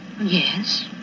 Yes